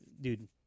dude